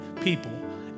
people